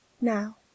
now